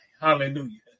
hallelujah